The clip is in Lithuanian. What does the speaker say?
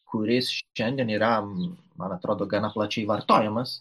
kuris šiandien yra man atrodo gana plačiai vartojamas